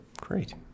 Great